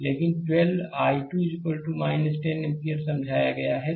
लेकिन I2 10 ampere समझाया है